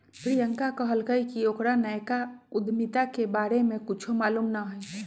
प्रियंका कहलकई कि ओकरा नयका उधमिता के बारे में कुछो मालूम न हई